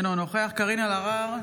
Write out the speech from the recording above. אינו נוכח קארין אלהרר,